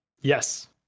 Yes